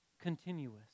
continuous